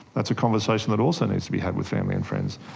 that's a conversation that also needs to be had with family and friends.